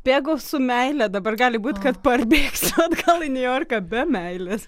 bėgau su meile dabar gali būt kad parbėgsiu atgal į niujorką be meilės